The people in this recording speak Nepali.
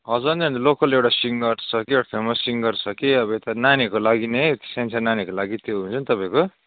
हजुर होइन होइन लोकल एउटा सिङ्गर छ कि एउटा फेमस सिङ्गर छ कि अब यता नानीहरूको लागि नै सानसानो नानीहरूको लागि त्यो हुन्छ नि तपाईँको